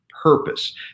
purpose